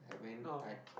no